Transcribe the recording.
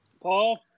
Paul